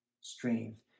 strength